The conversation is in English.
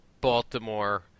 Baltimore